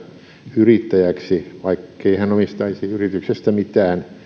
yrittäjäksi vaikkei hän omistaisi yrityksestä mitään